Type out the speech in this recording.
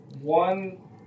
One